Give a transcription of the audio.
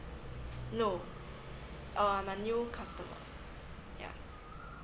no err I'm a new customer yeah